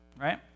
right